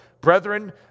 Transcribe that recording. brethren